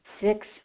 six